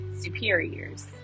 superiors